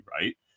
right